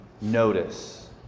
notice